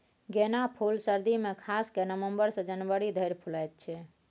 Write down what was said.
गेना फुल सर्दी मे खास कए नबंबर सँ जनवरी धरि फुलाएत छै